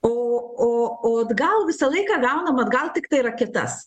o o o atgal visą laiką gaunam atgal tiktai raketas